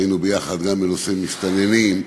היינו יחד גם בנושא מסתננים,